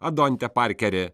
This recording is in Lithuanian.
adontę parkerį